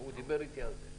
הוא דיבר איתי על זה.